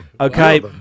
Okay